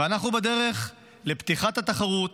ואנחנו בדרך לפתיחת התחרות